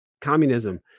communism